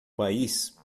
país